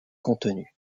contenus